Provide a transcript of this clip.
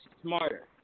smarter